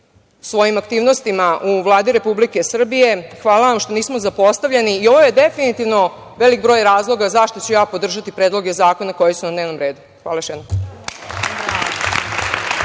svojim aktivnostima u Vladi Republike Srbije, hvala vam što nismo zapostavljeni i ovo je definitivno veliki broj razloga zašto ću ja podržati predloge zakona koji su na dnevnom redu. Hvala još jednom.